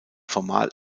formal